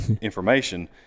information